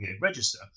register